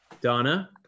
Donna